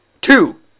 Two